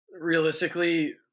realistically